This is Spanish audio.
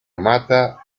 mata